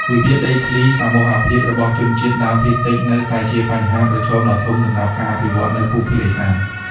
វិវាទដីសមូហភាពរបស់ជនជាតិដើមភាគតិច នៅតែជាបញ្ហាប្រឈមដ៏ធំសម្រាប់ការអភិវឌ្ឍនៅភូមិភាគឦសាន។